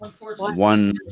one